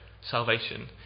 salvation